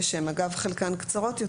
שאגב חלקן קצרות יותר.